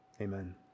Amen